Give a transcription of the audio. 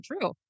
true